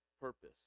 purpose